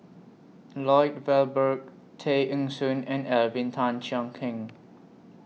Lloyd Valberg Tay Eng Soon and Alvin Tan Cheong Kheng